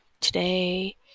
Today